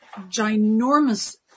ginormous